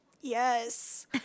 Yes